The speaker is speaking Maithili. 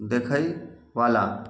देखयवला